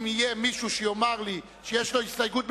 אם יהיה מישהו שיאמר לי שיש לו הסתייגות,